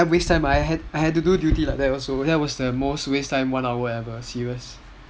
damn waste time I had to do duty like that too ya it was the most waste time serious